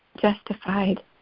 justified